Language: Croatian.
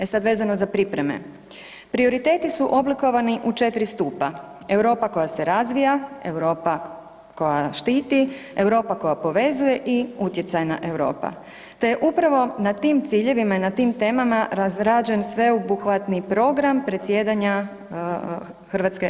E sad vezano za pripreme „prioriteti su oblikovani u 4 stupa, Europa koja se razvija, Europa koja štiti, Europa koja povezuje i utjecajna Europa, te je upravo na tim ciljevima i na tim temama razrađen sveobuhvatni program predsjedanja RH EU“